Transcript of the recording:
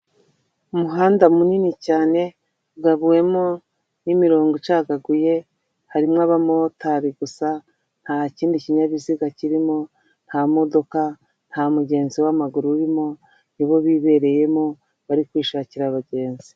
Umuhanda munini cyane ugabuwemo n'imirongo icagaguye, harimo abamotari gusa, nta kindi kinyabiziga kirimo, nta modoka, nta mugenzi w'amaguru urimo, ni bo bibereyemo, bari kwishakira abagenzi.